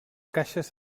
caixes